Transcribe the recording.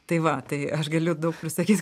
tai va tai aš galiu daug ir sakyt